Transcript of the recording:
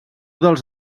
dels